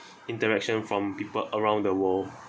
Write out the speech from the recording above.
interaction from people around the world